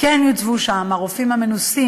כן יוצבו שם הרופאים המנוסים,